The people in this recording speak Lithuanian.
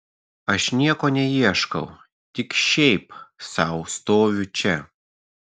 aš nieko neieškau tik šiaip sau stoviu čia